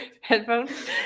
headphones